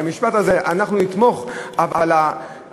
אנחנו נתמוך בהצעת החוק,